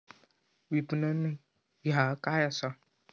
विपणन ह्या काय असा?